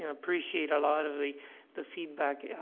appreciate a lot of the the feedback, ah,